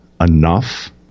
enough